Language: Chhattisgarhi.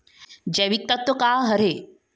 जैविकतत्व का हर ए?